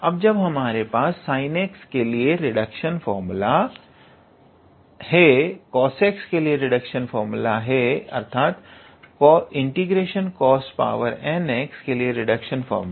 अब जब हमारे पास sinx के लिए रिडक्शन फार्मूला cos x के लिए रिडक्शन फार्मूला अर्थात ∫ 𝑐𝑜𝑠𝑛𝑥 के लिए लिए रिडक्शन फार्मूला